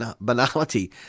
banality